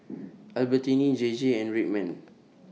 Albertini J J and Red Man